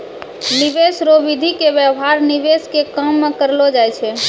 निवेश रो विधि के व्यवहार निवेश के काम मे करलौ जाय छै